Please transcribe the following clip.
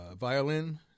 violin